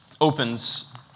opens